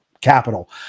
capital